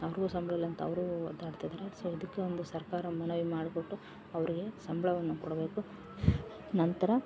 ಅವ್ರಿಗು ಸಂಬ್ಳಿಲ್ಲ ಅಂತ ಅವರು ಒದ್ದಾಡ್ತಿದಾರೆ ಸೊ ಇದಕ್ಕೆ ಒಂದು ಸರ್ಕಾರ ಮನವಿ ಮಾಡಿಕೊಟ್ಟು ಅವರಿಗೆ ಸಂಬಳವನ್ನ ಕೊಡಬೇಕು ನಂತರ